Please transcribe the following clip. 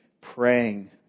praying